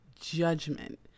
judgment